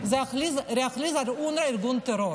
זה להכריז על אונר"א ארגון טרור.